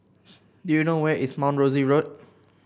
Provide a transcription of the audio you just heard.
do you know where is Mount Rosie Road